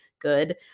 good